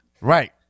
right